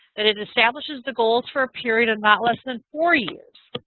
it it establishes the goals for a period of not less than four years.